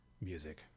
music